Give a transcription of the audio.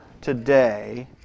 today